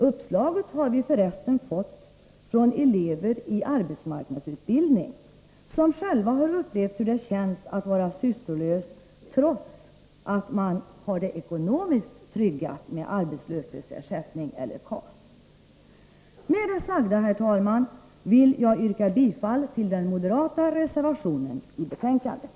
Uppslaget har vi för resten fått från elever i arbetsmarknadsutbildning som själva upplevt sysslolösheten svår — trots att ekonomin är tryggad. Med det sagda, herr talman, vill jag yrka bifall till den moderata reservationen i betänkandet.